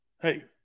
Hey